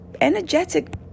energetic